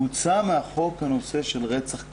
הוצא מן החוק הנושא של רצח קטין.